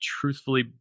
truthfully